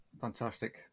Fantastic